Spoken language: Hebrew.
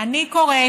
אני קוראת